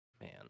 Man